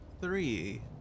Three